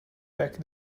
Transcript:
pack